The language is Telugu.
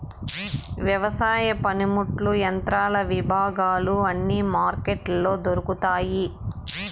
వ్యవసాయ పనిముట్లు యంత్రాల విభాగాలు అన్ని మార్కెట్లో దొరుకుతాయి